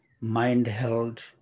mind-held